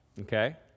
Okay